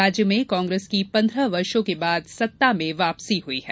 राज्य में कांग्रेस की पन्द्रह वर्षो के बाद सत्ता में वापसी हुई है